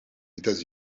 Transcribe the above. états